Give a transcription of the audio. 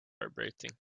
vibrating